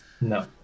No